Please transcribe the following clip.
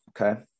Okay